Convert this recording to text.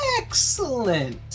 Excellent